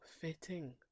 fitting